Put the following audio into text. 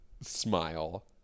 smile